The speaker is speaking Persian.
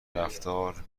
رفتار